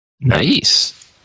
nice